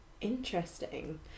interesting